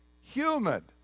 human